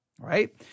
right